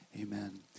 Amen